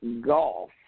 golf